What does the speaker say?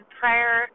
prayer